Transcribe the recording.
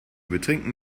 betrinken